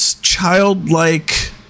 childlike